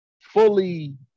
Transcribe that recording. fully